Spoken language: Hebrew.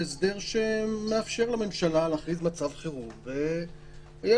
זה הסדר שמאפשר לממשלה להכריז מצב חירום ועל